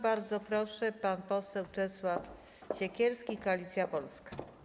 Bardzo proszę, pan poseł Czesław Siekierski, Koalicja Polska.